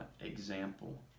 example